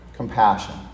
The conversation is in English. Compassion